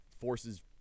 forces